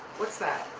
what's that?